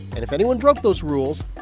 and if anyone broke those rules,